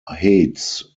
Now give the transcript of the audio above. heights